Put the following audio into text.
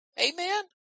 Amen